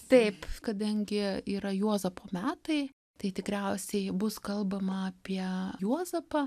taip kadangi yra juozapo metai tai tikriausiai bus kalbama apie juozapą